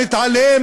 המתעלם